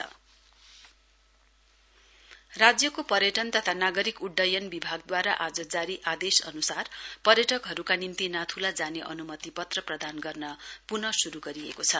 Nathula permit राज्यको पर्यटन तथा नागरिक उड्डयन विभागद्वारा आज जारी आदेश अनुसार पर्यटकहरूका निम्ति नाथुला जाने अनुमति पत्र प्रदान गर्न पुनः शुरू गरिएको छ